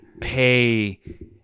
pay